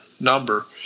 number